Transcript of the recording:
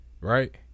right